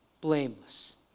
Blameless